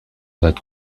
that